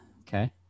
Okay